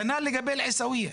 כנ"ל לגבי עיסאוויה.